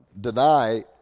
deny